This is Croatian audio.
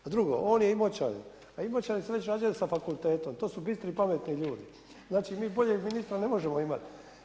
A drugo, on je Imoćan, a Imoćani se već rađaju sa fakultet, to su bistri i pametni ljudi, znači mi boljeg ministra ne možemo imat.